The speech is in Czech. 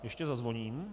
Ještě zazvoním.